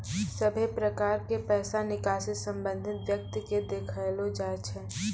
सभे प्रकार के पैसा निकासी संबंधित व्यक्ति के देखैलो जाय छै